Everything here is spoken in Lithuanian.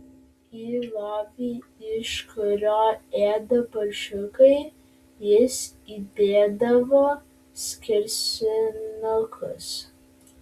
į lovį iš kurio ėda paršiukai jis įdėdavo skersinukus